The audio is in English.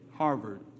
Harvard